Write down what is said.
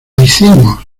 hicimos